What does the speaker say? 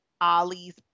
Ali's